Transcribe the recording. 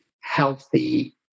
healthy